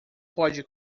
pode